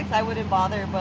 i wouldn't bother.